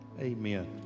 Amen